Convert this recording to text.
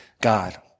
God